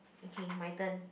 okay my turn